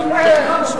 אדוני היושב-ראש,